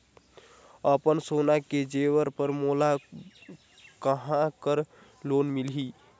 अपन सोना के जेवर पर मोला कहां जग लोन मिलही?